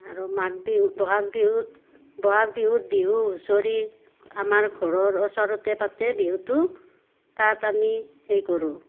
আৰু মাঘ বিহু বহাগ বিহুত বহাগ বিহুত বিহু হুঁচৰি আমাৰ ঘৰৰ ওচৰতে পাতে বিহুটো তাত আমি সেই কৰোঁ